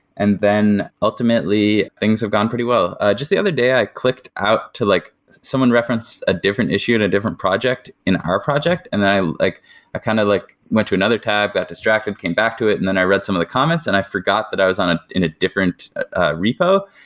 and then ultimately things have gone pretty well. just the other day, i clicked out to like someone referenced a different issue in a different project in our project and i like kind of like went to another tab, got distracted, came back to it and then i read some of the comments and i forgot that i was on ah in a different repo.